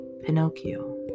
Pinocchio